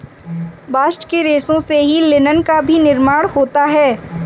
bast के रेशों से ही लिनन का भी निर्माण होता है